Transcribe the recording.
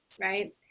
right